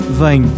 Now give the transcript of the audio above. vem